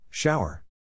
Shower